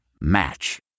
Match